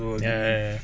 ya ya ya